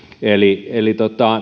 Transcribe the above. eli eli